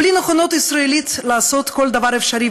בלי נכונות ישראלית לעשות כל דבר אפשרי,